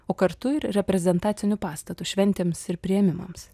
o kartu ir reprezentaciniu pastatu šventėms ir priėmimams